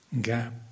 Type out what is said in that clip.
gap